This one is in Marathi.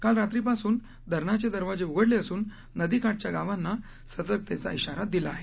काल रात्रीपासून धरणाचे दरवाजे उघडले असून नदी काठच्या गावांना सतर्कतेचा श्रीारा दिला आहे